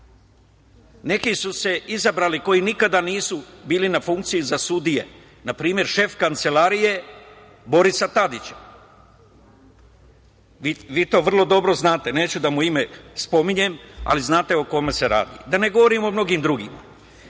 Neki su se izabrali koji nikada nisu bili na funkciji za sudije, npr. šef Kancelarije Borisa Tadića. Vi to vrlo dobro znate, neću da mu ime spominjem, ali znate o kome se radi. Da ne govorim o mnogim drugima.